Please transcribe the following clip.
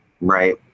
Right